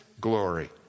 glory